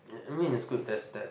I mean is good there's that